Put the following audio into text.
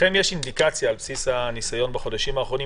יש אינדיקציה על בסיס הניסיון בחודשים האחרונים